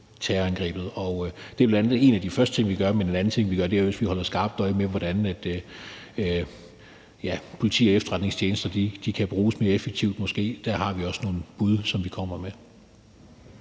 Det er bl.a. en af de første ting, vi gør, men en anden ting, vi gør, er at holde skarpt øje med, hvordan politi og efterretningstjenester måske kan bruges mere effektivt. Der har vi også nogle bud, som vi kommer med.